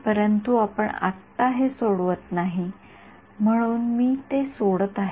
परंतु आपण आत्ता हे सोडवत नाही म्हणून मी ते सोडत आहे